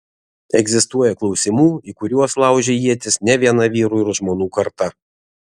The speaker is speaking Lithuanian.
egzistuoja klausimų į kuriuos laužė ietis ne viena vyrų ir žmonų karta